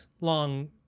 long